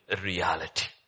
reality